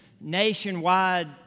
nationwide